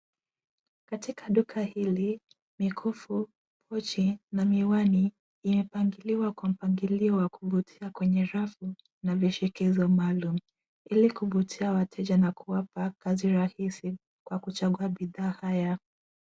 Katika duka hili, mikufu, pochi, na miwani, iliopangiliwa kwa mpangilio wa kuvutia kwenye rafu, na vishekezo maalum, ili kuvutia wateja, na kuwapa, kazi rahisi, kwa kuchagua bidhaa haya.